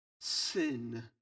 sin